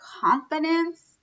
confidence